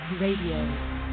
Radio